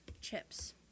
chips